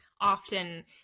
often